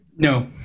No